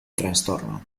trastorno